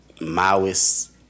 Maoist